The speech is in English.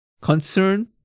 concern